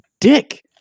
dick